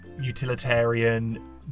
utilitarian